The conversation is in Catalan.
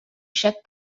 xec